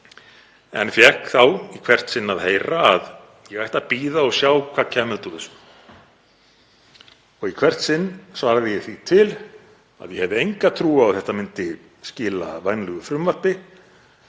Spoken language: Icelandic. en fékk þá í hvert sinn að heyra að ég ætti að bíða og sjá hvað kæmi út úr þessu. Í hvert sinn svaraði ég því til að ég hefði enga trú á að þetta myndi skila vænlegu frumvarpi